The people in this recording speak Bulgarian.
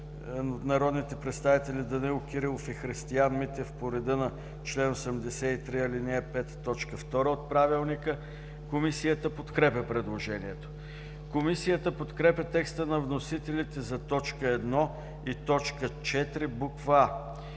народните представители Данаил Кирилов и Христиан Митев по реда на чл. 83, ал. 5, т. 2 от Правилника. Комисията подкрепя предложението. Комисията подкрепя текста на вносителя за т. 1 и т. 4, буква